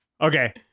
Okay